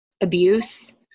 abuse